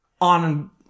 on